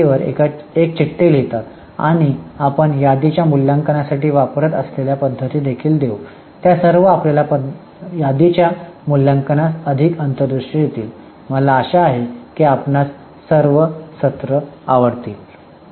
ते यादीवर एक चिठ्ठी लिहितात आणि आम्ही यादीच्या मूल्यांकनासाठी वापरत असलेल्या पद्धती देखील देऊ आणि त्या आपल्याला यादीच्या मूल्यांकनास अधिक अंतर्दृष्टी देतील मला आशा आहे की आपणास सर्व सत्रे आवडतील